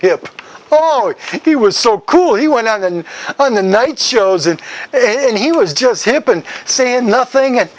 hip oh it he was so cool he went on and on the night shows and then he was just hip and saying nothing